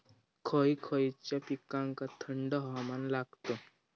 खय खयच्या पिकांका थंड हवामान लागतं?